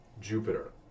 Jupiter